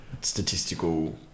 statistical